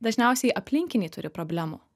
dažniausiai aplinkiniai turi problemų